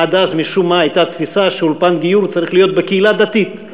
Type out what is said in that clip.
עד אז הייתה משום מה תפיסה שאולפן גיור צריך להיות בקהילה דתית,